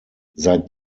seit